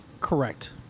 Correct